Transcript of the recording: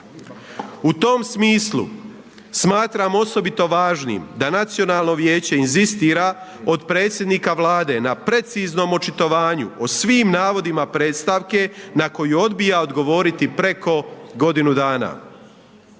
U tom smislu smatram osobito važnim da Nacionalno vijeće inzistira od predsjednika Vlade na preciznom očitovanju o svim navodima predstavke na koju odbija odgovoriti preko godinu dana.